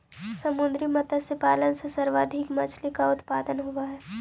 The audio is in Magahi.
समुद्री मत्स्य पालन से सर्वाधिक मछली का उत्पादन होवअ हई